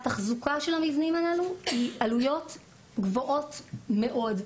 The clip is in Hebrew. עלויות התחזוקה של המבנים הללו הן גבוהות מאוד,